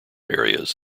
areas